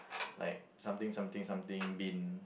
like something something something bin